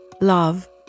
love